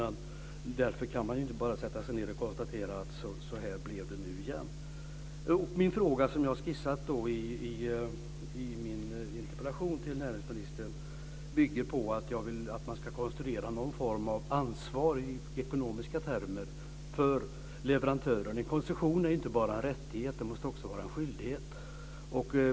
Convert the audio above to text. Men därför kan man ju inte bara sätta sig ned och konstatera att så här blev det nu igen. Det som jag har skissat i min interpellation till näringsministern bygger på att jag vill att man ska konstruera någon form av ansvar i ekonomiska termer för leverantören. En koncession är ju inte bara en rättighet, utan den måste också vara en skyldighet.